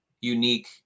unique